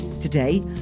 Today